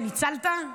שניצלת?